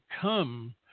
come